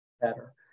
better